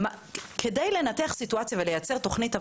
ואין כוונה לעשות את זה,